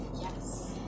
Yes